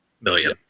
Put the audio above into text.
million